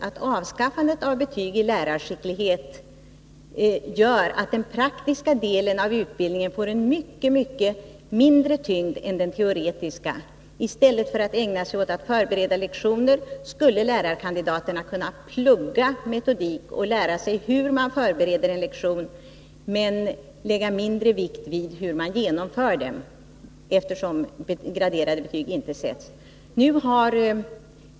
Avskaffandet av betyg i lärarskicklighet kan få till följd att den praktiska delen av utbildningen får en mycket mindre tyngd än den teoretiska. I stället för att ägna sig åt att förbereda lektioner skulle lärarkandidaterna kunna plugga metodik och lära sig hur man förbereder en lektion men lägga mindre vikt vid hur man : genomför den, eftersom graderade betyg inte sätts.